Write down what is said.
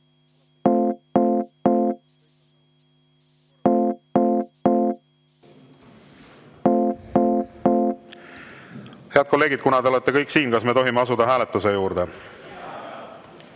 Head kolleegid, kuna te olete kõik siin, kas me tohime asuda hääletuse